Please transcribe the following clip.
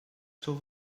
estou